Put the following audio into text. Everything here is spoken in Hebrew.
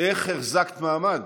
איך החזקת מעמד?